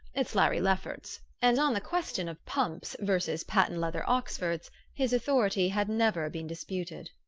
it's larry lefferts. and on the question of pumps versus patent-leather oxfords his authority had never been disputed.